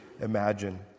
imagine